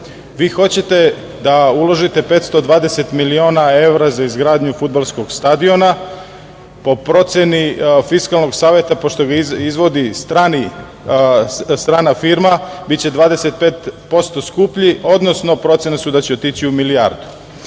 Vi hoćete da uložite 520 miliona evra za izgradnju fudbalskog stadiona, po proceni Fiskalnog saveta, pošto ga izvodi strana firma, biće 25% skuplji, odnosno procene su da će otići u milijardu.U